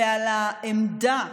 ועל העמדה,